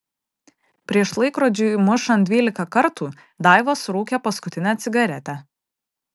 prieš laikrodžiui mušant dvylika kartų daiva surūkė paskutinę cigaretę